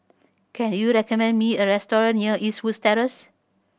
can you recommend me a restaurant near Eastwood Terrace